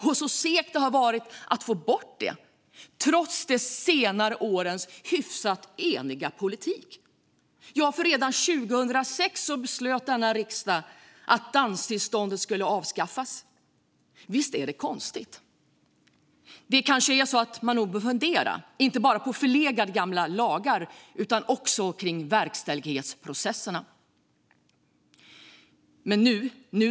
Och så segt det varit att få bort det, trots de senare årens hyfsat eniga politik. Redan 2016 beslöt riksdagen att danstillståndet skulle avskaffas. Visst är det konstigt? Man bör nog fundera inte bara på förlegade gamla lagar utan också på verkställighetsprocesserna. Men nu ska ordet bort.